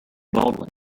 baldwin